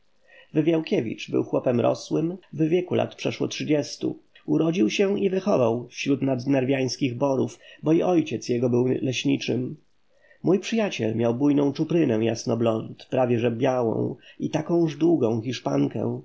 wywiałkiewicz był chłopem rosłym w wieku lat przeszło trzydziestu urodził się i wychował wśród nadnarwiańskich borów bo i ojciec jego był leśniczym mój przyjaciel miał bujną czuprynę jasnoblond prawie że białą i takąż długą hiszpankę